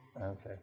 Okay